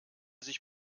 sich